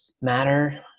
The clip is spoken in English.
matter